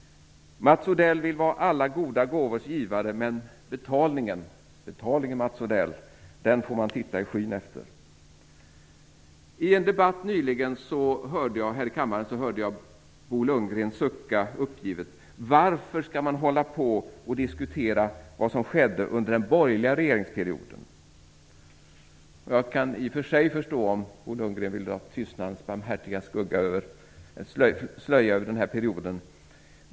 Mats Odell vill vara alla goda gåvors givare. Men betalningen, den får man titta i skyn efter. I en debatt nyligen här i kammaren hörde jag Bo Lundgren sucka uppgivet: Varför skall man hålla på och diskutera vad som skedde under den borgerliga regeringsperioden? Jag kan i och för sig förstå om Bo Lundgren vill dra en tystnadens barmhärtiga slöja över denna period.